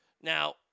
Now